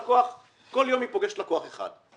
כל יום היא פוגשת לקוח אחד,